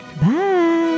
Bye